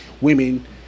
women